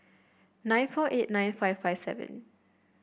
nine four eight nine five five seven